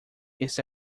este